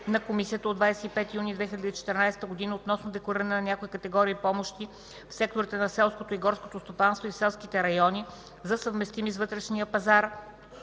на Комисията от 25 юни 2014 г. относно деклариране на някои категории помощи в секторите на селското и горското стопанство и в селските райони за съвместими с вътрешния пазар